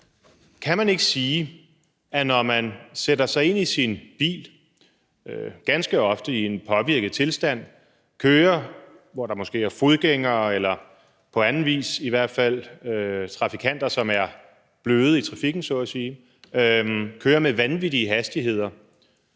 Kan man ikke sige, at man, når man sætter sig ind i sin bil – ganske ofte i påvirket tilstand – og kører, hvor der måske er fodgængere eller andre trafikanter, som så at sige er bløde i trafikken, og kører med vanvittige hastigheder,